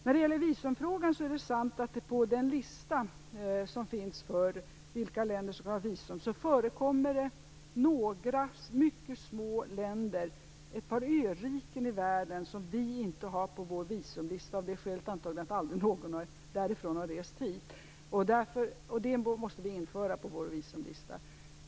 När det gäller visumfrågan är det sant att det på den lista som finns över visumländer förekommer några mycket små länder - ett par öriken i världen - som vi inte har på vår visumlista - antagligen av det skälet att någon därifrån aldrig har rest hit. De länderna måste vi införa på vår visumlista.